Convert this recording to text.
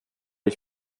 ich